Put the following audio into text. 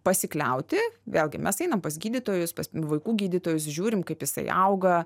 pasikliauti vėlgi mes einam pas gydytojus pas vaikų gydytojus žiūrim kaip jisai auga